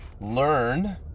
Learn